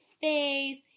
face